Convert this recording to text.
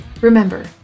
Remember